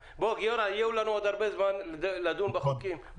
גיורא, יהיה לנו עוד הרבה זמן לדון בחוקים.